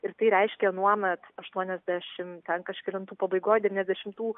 ir tai reiškė anuomet aštuoniasdešimt ten kažkelintų pabaigoj devyniasdešimtų